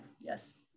Yes